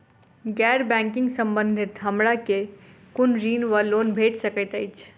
गैर बैंकिंग संबंधित हमरा केँ कुन ऋण वा लोन भेट सकैत अछि?